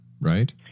Right